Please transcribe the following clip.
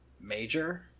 major